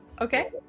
okay